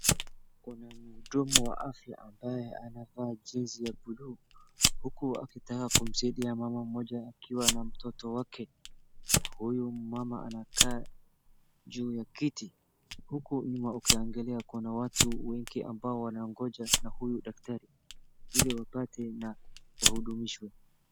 Kuna mhudumu wa afya ambaye anavaa jezi ya bluu huku akitaka kumsaidia mama mmoja akiwa na mtoto wake na huyu mumama anakaa juu ya kiti. Huku nyuma ukiangalia kuna watu wengi ambao wanaongoja na huyu daktari ili wapate na wahudumishwe.